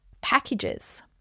packages